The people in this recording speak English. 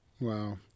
Wow